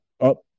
up